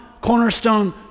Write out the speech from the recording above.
cornerstone